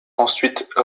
ensuite